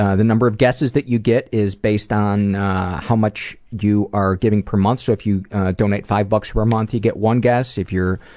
ah the number of guesses that you get is based on how much you are giving per month. so if you donate five bucks per month you get one guess, if you're